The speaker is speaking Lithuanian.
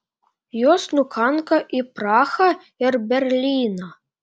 jos nukanka į prahą ir berlyną